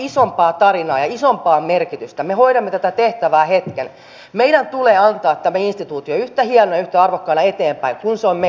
minun mielestäni on hienoa että me otamme vastaan kaikki ne työntekijät jotka haluavat tulla hoitoalalle ja joilla on koulutus